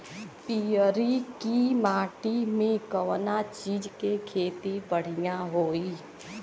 पियरकी माटी मे कउना चीज़ के खेती बढ़ियां होई?